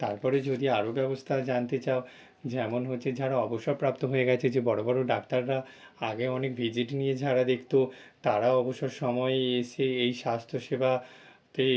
তারপরে যদি আরো ব্যবস্থা জানতে চাও যেমন হচ্ছে যারা অবসর প্রাপ্ত হয়ে গেছে যে বড়ো বড়ো ডাক্তাররা আগে অনেক ভিজিট নিয়ে যারা দেখতো তারাও অবসর সময়ে এসে এই স্বাস্থ্য সেবাতে